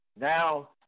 now